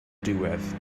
diwedd